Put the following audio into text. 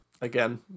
Again